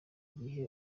gihe